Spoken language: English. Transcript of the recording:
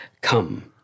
come